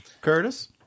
Curtis